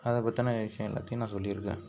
அத பத்தின விஷயம் எல்லாத்தையும் நான் சொல்லிருக்கேன்